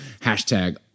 hashtag